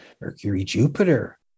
Mercury-Jupiter